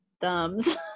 thumbs